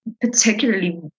particularly